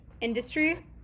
industry